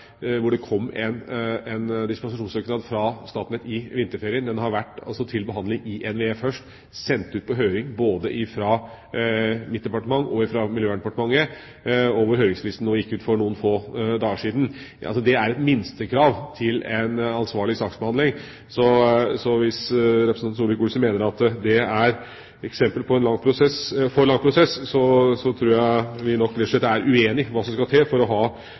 hvor det kom en dispensasjonssøknad fra Statnett i vinterferien. Den har vært til behandling i NVE først, er sendt ut på høring – både fra mitt departement og fra Miljøverndepartementet – og høringsfristen gikk ut for noen få dager siden. Det er et minstekrav til en ansvarlig saksbehandling. Så hvis representanten Solvik-Olsen mener at det er eksempel på en for lang prosess, tror jeg nok rett og slett vi er uenige om hva som skal til for å ha